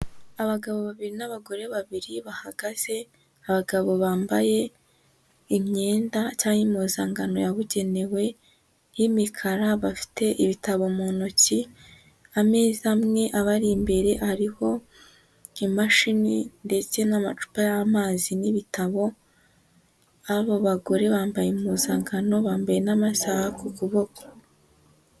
Abagabo babiri n'abagore babiri bahagaze, abagabo bambaye imyenda cyangwa impuzankano yabugenewe y'imikara, bafite ibitabo mu ntoki, ameza amwe abari imbere ariho imashini ndetse n'amacupa y'amazi n'ibitabo, aba bagore bambaye impuzankano, bambaye n'amasaha ku kuboko.